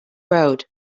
road